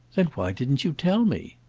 then why didn't you tell me?